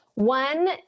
One